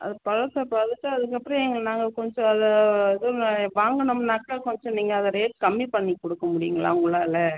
அது பழுக்க பழுக்க அதுக்கப்புறம் எங்கள் நாங்கள் கொஞ்சம் அதில் எதுவும் வாங்கினோம்னாக்கா கொஞ்சம் நீங்கள் அந்த ரேட் கம்மி பண்ணி கொடுக்க முடியும்ங்களா உங்களால்